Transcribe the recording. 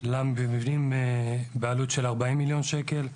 למבנים בעלות של 40,000,000 שקל.